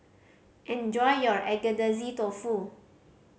enjoy your Agedashi Dofu